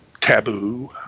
taboo